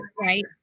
right